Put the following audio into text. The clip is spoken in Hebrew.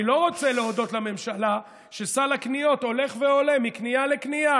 אני לא רוצה להודות לממשלה על שסל הקניות הולך ועולה מקנייה לקנייה.